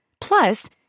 Plus